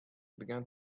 began